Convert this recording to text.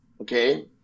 okay